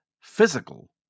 physical